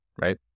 right